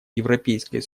европейской